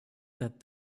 that